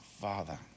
Father